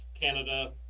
Canada